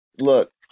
look